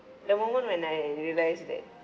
the moment when I realised that